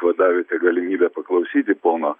va davėte galimybę paklausyti pono